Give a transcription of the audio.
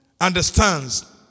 understands